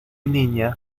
niña